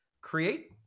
create